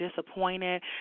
disappointed